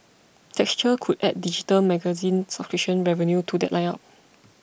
texture could add digital magazine subscription revenue to that lineup